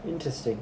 interesting